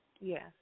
Yes